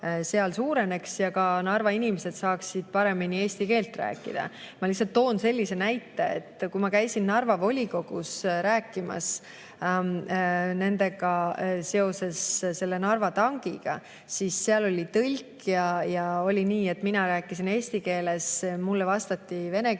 seal suureneks ja ka Narva inimesed saaksid rohkem eesti keelt rääkida. Ma lihtsalt toon sellise näite, et kui ma käisin Narva volikogus rääkimas nendega seoses selle Narva tankiga, siis seal oli tõlk. Oli nii, et mina rääkisin eesti keeles, mulle vastati vene keeles